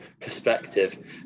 perspective